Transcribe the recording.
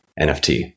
NFT